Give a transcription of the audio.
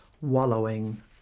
wallowing